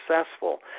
successful